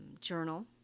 journal